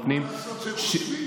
אבל מה לעשות שהם חושבים ככה?